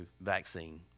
vaccine